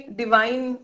divine